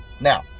Now